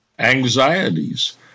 anxieties